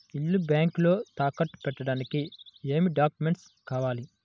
ఇల్లు బ్యాంకులో తాకట్టు పెట్టడానికి ఏమి డాక్యూమెంట్స్ కావాలి?